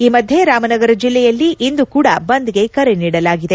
ಈ ಮಧ್ಯೆ ರಾಮನಗರ ಜಿಲ್ಲೆಯಲ್ಲಿ ಇಂದು ಕೂಡ ಬಂದ್ಗೆ ಕರೆ ನೀಡಲಾಗಿದೆ